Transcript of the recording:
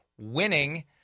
winning